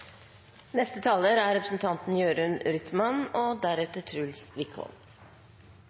Neste taler er representanten